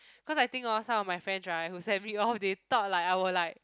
cause I think orh some of my friends right who assembly all they talk like I will like